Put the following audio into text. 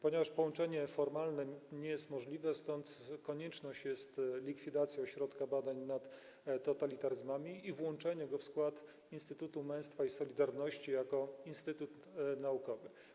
Ponieważ połączenie formalne nie jest możliwe, stąd konieczność likwidacji Ośrodka Badań nad Totalitaryzmami i włączenia go w skład Instytutu Męstwa i Solidarności jako instytutu naukowego.